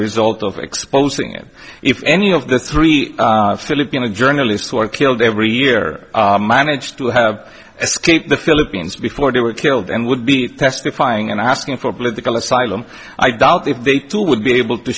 result of exposing it if any of the three filipino journalists who are killed every year managed to have escaped the philippines before they were killed and would be testifying and asking for political asylum i doubt if they too would be able to